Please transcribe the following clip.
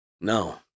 No